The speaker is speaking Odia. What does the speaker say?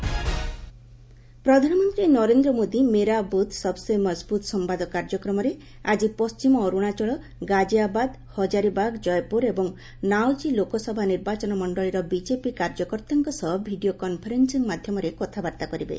ପିଏମ୍ କାର୍ଯ୍ୟକର୍ତ୍ତା ପ୍ରଧାନମନ୍ତ୍ରୀ ନରେନ୍ଦ୍ର ମୋଦି 'ମେରା ବୁଥ୍ ସବ୍ସେ ମଜବୁତ୍ ସମ୍ଘାଦ' କାର୍ଯ୍ୟକ୍ରମରେ ଆଜି ପଶ୍ଚିମ ଅରୁଣାଚଳ ଗାଜିଆବାଦ ହଜାରିବାଗ ଜୟପୁର ଏବଂ ନାଓଜୀ ଲୋକସଭା ନିର୍ବାଚନ ମଣ୍ଡଳୀର ବିଜେପି କାର୍ଯ୍ୟକର୍ତ୍ତାଙ୍କ ସହ ଭିଡ଼ିଓ କନ୍ଫରେନ୍ ିଂ ମାଧ୍ୟମରେ କଥାବାର୍ତ୍ତା କରିବେ